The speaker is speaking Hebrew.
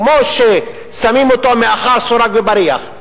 כמו ששמים אותו מאחורי סורג ובריח,